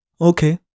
Okay